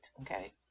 okay